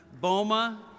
BOMA